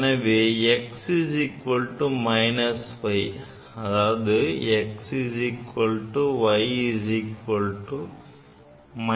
எனவே x y அதாவது x y a ஆகும்